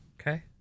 Okay